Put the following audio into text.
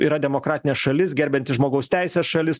yra demokratinė šalis gerbianti žmogaus teises šalis